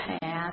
path